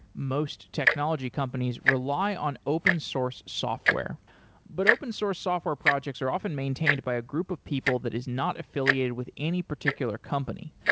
most technology companies rely on open source software but open source software projects are often maintained by a group of people that is not affiliated with any particular company.